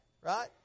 right